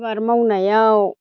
आबाद मावनायाव